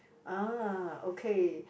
ah okay